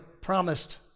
promised